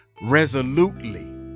resolutely